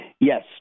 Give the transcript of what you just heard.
Yes